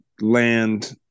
land